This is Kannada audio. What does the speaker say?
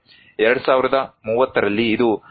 2030 ರಲ್ಲಿ ಇದು 61